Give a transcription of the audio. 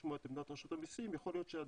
צריך לשמוע את עמדת רשות המסים, יכול להיות שעדיף